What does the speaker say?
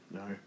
no